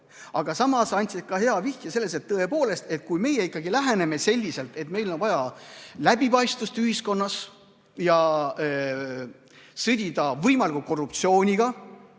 Aga samas sa andsid ka hea vihje, et tõepoolest, et kui me läheneme selliselt, et meil on vaja läbipaistvust ühiskonnas ja sõdida võimaliku korruptsiooniga,